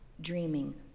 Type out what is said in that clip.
dreaming